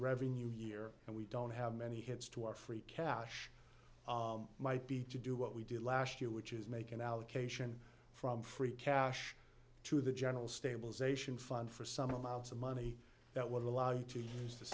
revenue year and we don't have many hits to our free cash might be to do what we did last year which is make an allocation from free cash to the general stabilization fund for some amounts of money that will allow you to use the